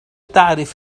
تعرف